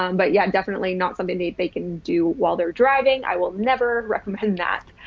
um but yeah, definitely not something that they can do while they're driving. i will never recommend that,